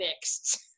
fixed